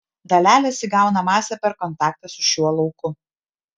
dalelės įgauna masę per kontaktą su šiuo lauku